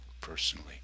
personally